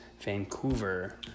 Vancouver